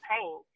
pain